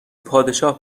پادشاه